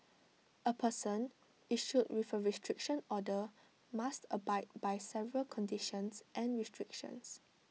A person issued with A restriction order must abide by several conditions and restrictions